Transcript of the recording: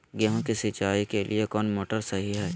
गेंहू के सिंचाई के लिए कौन मोटर शाही हाय?